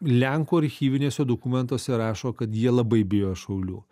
lenkų archyviniuose dokumentuose rašo kad jie labai bijo šaulių